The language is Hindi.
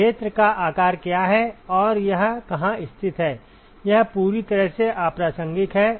क्षेत्र का आकार क्या है और यह कहाँ स्थित है यह पूरी तरह से अप्रासंगिक है